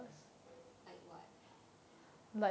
like what